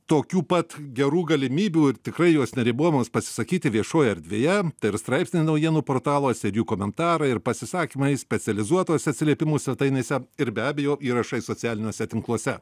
tokių pat gerų galimybių ir tikrai jos neribojamos pasisakyti viešoj erdvėje tai yra straipsniai naujienų portaluose ir jų komentarai ir pasisakymai specializuotose atsiliepimų svetainėse ir be abejo įrašais socialiniuose tinkluose